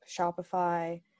Shopify